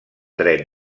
dret